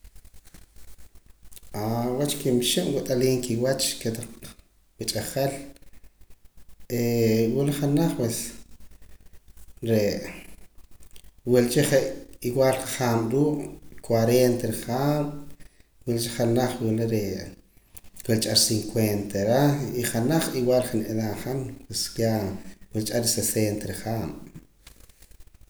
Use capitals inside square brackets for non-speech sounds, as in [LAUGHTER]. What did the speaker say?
[HESITATION] wach kimixib' wat'aliim kiwach kotaq wach'ajal [HESITATION] wula janaj pues re' wula cha je' igual haab' ruu' cuarente rihaab' wula cha janaj wula re' wula cha cincuenta ar reh y janaj igual je' niedad han pues ya wula cha sesenta rihaab'.